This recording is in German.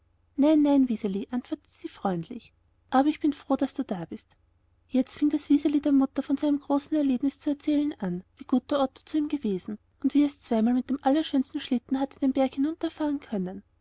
nein nein wiseli antwortete sie freundlich aber ich bin froh daß du da bist jetzt fing das wiseli der mutter von seinem großen erlebnis zu erzählen an wie gut der otto mit ihm gewesen und wie es zweimal mit dem allerschönsten schlitten hatte den berg hinunterfahren können